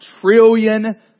trillion